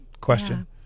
question